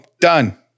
done